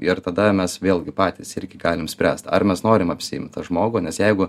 ir tada mes vėlgi patys irgi galim spręst ar mes norim apsiimt tą žmogų nes jeigu